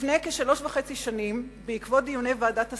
לפני כשלוש וחצי שנים, בעקבות דיוני ועדת הסל,